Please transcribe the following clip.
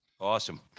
Awesome